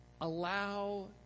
allow